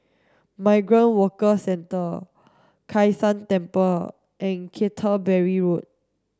Migrant Workers Centre Kai San Temple and Canterbury Road